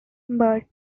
but